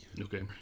Okay